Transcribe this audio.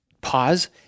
pause